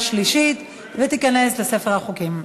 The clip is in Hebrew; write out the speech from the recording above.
27 בעד, שני מתנגדים, חמישה נמנעים.